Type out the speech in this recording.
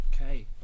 Okay